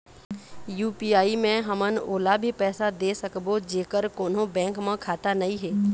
UPI मे हमन ओला भी पैसा दे सकबो जेकर कोन्हो बैंक म खाता नई हे?